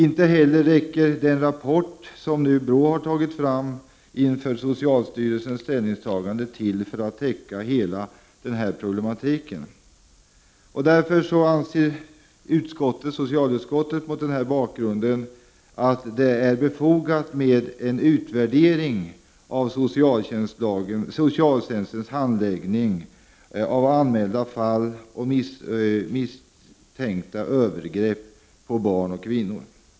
Inte heller räcker den rapport som BRÅ har tagit fram inför socialstyrelsens ställningstagande till för att täcka hela problematiken. Mot denna bakgrund anser socialutskottet att det är befogat med en utvärdering av socialtjänstens handläggning av anmälda fall och misstänkta övergrepp på barn och kvinnor.